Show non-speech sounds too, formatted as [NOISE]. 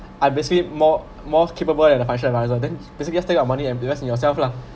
I basically more more capable than a financial adviser then [BREATH] basically just take your money and invest in yourself lah